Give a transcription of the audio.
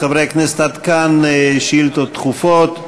חברי הכנסת, עד כאן שאילתות דחופות.